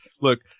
Look